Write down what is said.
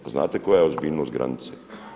Pa znate koja je ozbiljnost granice?